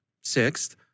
Sixth